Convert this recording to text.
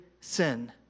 sin